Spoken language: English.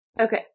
Okay